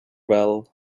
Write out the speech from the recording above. well